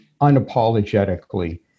unapologetically